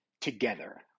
together